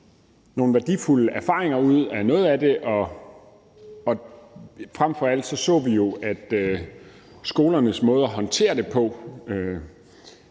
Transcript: nogle værdifulde erfaringer ud af noget af det, og frem for alt så vi jo, at skolernes måde at håndtere det på